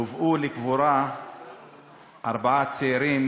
הובאו לקבורה ארבעה צעירים